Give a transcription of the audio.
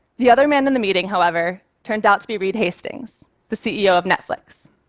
the other man in the meeting, however, turned out to be reed hastings, the ceo of netflix.